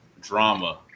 drama